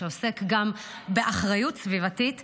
שעוסק גם באחריות סביבתית,